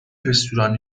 رستوران